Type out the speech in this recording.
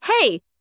hey